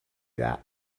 that